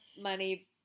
money